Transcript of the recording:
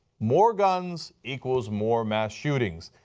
more guns equals more mass shootings.